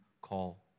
call